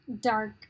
dark